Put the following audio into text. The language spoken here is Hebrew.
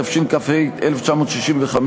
התשכ"ה 1965,